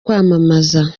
kwamamaza